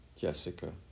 Jessica